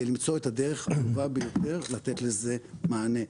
למצוא את הדרך הטובה ביותר לתת לזה מענה.